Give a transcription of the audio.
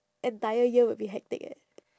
entire year will be hectic eh